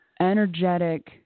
energetic